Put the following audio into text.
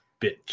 bitch